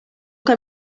que